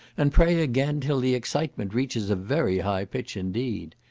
and pray again, till the excitement reaches a very high pitch indeed.